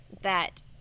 that-